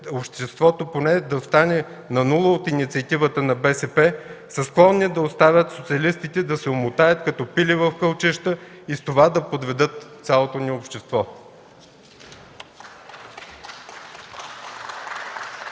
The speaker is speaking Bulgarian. обществото поне да остане на нула от инициативата на БСП, са склонни да оставят социалистите да се омотаят като пиле в кълчища и с това да подведат цялото ни общество.”